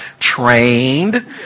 trained